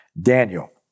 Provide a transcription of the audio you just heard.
Daniel